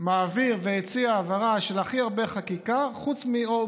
מעביר והציע העברה של הכי הרבה חקיקה חוץ ממשרד האוצר,